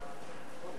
חוק למניעת מפגעי